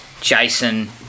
Jason